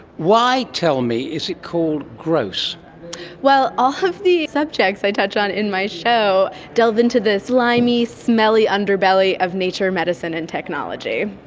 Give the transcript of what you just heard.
why, tell me, is it called gross well, all of the subjects i touch on in my show delve into the slimy, smelly underbelly of nature, medicine and technology.